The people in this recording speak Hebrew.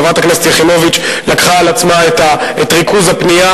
חברת הכנסת יחימוביץ לקחה על עצמה את ריכוז הפנייה.